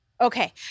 Okay